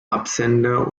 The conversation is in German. absender